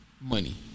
money